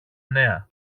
νέα